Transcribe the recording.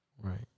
Right